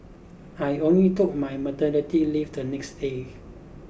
I only took my maternity left the next day